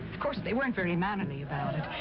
of course, they weren't very mannerly about it.